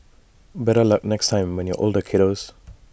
better luck next time when you're older kiddos